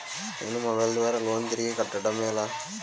నేను మొబైల్ ద్వారా లోన్ తిరిగి కట్టడం ఎలా?